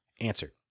Answer